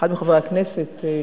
אחד מחברי הכנסת.